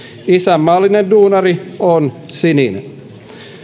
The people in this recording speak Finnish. lsänmaallinen duunari on sininen